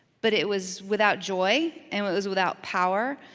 but it was without joy and it was without power,